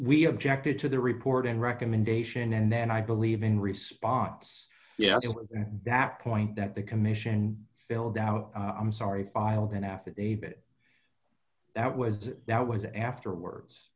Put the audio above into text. we objected to the report and recommendation and then i believe in response yes that point that the commission filled out i'm sorry filed an affidavit that was that was afterwords